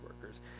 workers